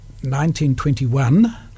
1921